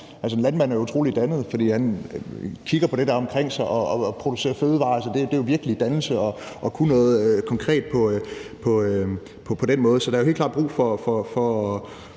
En landmand er utrolig dannet, fordi han kigger på det, der er omkring ham, og producerer fødevarer, og det er jo virkelig dannelse at kunne noget konkret på den måde. Så der er helt klart brug for